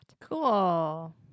Cool